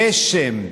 גשם.